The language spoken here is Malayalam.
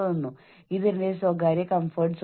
ജോലിയുടെ വേഗത വളരെ സാവധാനം അല്ലെങ്കിൽ വളരെ വേഗം